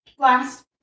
last